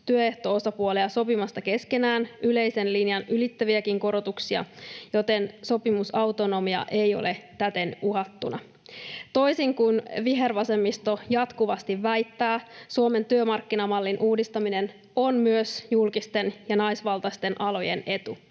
työehto-osapuolia sopimasta keskenään yleisen linjan ylittäviäkin korotuksia, joten sopimusautonomia ei ole täten uhattuna. Toisin kuin vihervasemmisto jatkuvasti väittää, Suomen työmarkkinamallin uudistaminen on myös julkisten ja naisvaltaisten alojen etu.